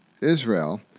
Israel